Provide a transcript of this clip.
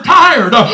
tired